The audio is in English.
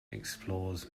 explores